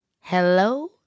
Hello